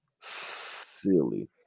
Silly